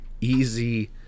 easy